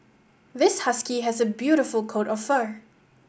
this husky has a beautiful coat of fur